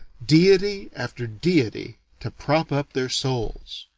deity after deity to prop up their souls.